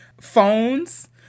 phones